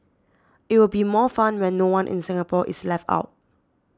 it will be more fun when no one in Singapore is left out